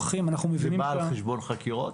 זה בא על חשבון חקירות?